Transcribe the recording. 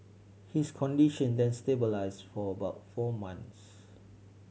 his condition then stabilised for about four months